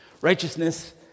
Righteousness